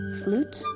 flute